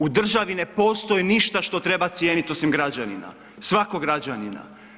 U državi ne postoji ništa što treba cijeniti osim građanina, svakog građanina.